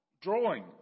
drawing